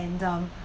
and um